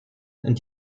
and